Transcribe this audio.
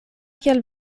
kiel